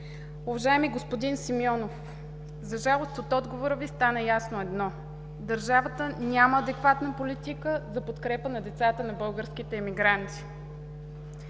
Уважаеми господин Симеонов, за жалост, от отговора Ви стана ясно едно: държавата няма адекватна политика за подкрепа на децата на българските емигранти.